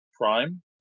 Prime